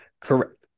Correct